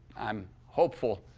i'm hopeful